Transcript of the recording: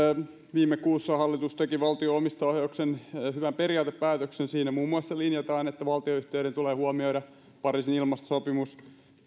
viime kuussa hallitus teki valtion omistajaohjauksen hyvän periaatepäätöksen ja siinä muun muassa linjataan että valtionyhtiöiden tulee huomioida pariisin ilmastosopimus ja